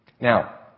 Now